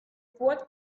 fourth